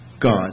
God